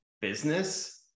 business